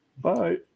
Bye